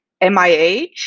MIH